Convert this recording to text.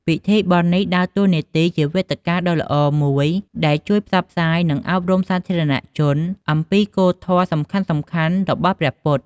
ពិធីបុណ្យនេះដើរតួនាទីជាវេទិកាដ៏ល្អមួយដែលជួយផ្សព្វផ្សាយ និងអប់រំសាធារណជនអំពីគោលធម៌សំខាន់ៗរបស់ព្រះពុទ្ធ។